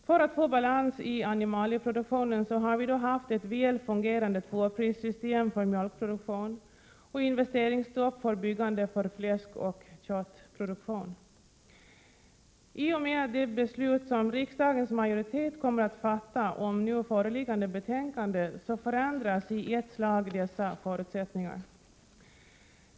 För att få balans i animalieproduktionen har vi haft ett väl fungerande tvåprissystem för mjölkproduktion och investeringsstopp för byggande för fläskoch köttproduktion. I och med det beslut som riksdagens majoritet kommer att fatta om föreliggande betänkande förändras i ett slag dessa förutsättningar.